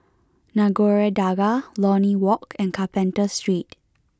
Nagore Dargah Lornie Walk and Carpenter Street